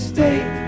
State